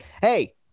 hey